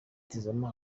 tizama